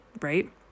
right